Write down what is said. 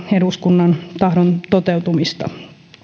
eduskunnan tahdon toteutumista